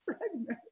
pregnant